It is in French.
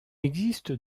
existe